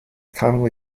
commonly